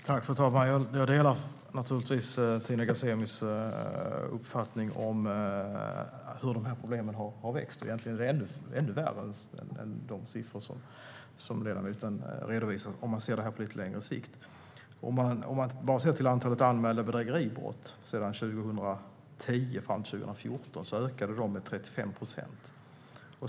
Fru talman! Jag delar naturligtvis Tina Ghasemis uppfattning om de här problemen - de har växt. Egentligen är det ännu värre än de siffror som ledamoten redovisar om man ser det på lite längre sikt. Bara antalet anmälda bedrägeribrott sedan 2010 fram till 2014 ökade med 35 procent.